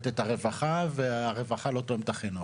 את הרווחה ,והרווחה לא תואמת את החינוך.